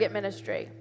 ministry